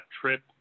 trip